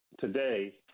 today